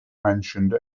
mentioned